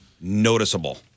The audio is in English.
noticeable